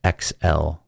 XL